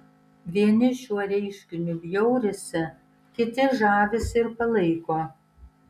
vieni šiuo reiškiniu bjaurisi kiti žavisi ir palaiko